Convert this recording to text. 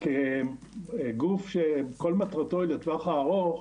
שגוף שכל מטרתו היא לטווח הארוך,